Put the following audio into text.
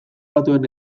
batuen